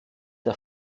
der